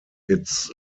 its